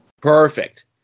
Perfect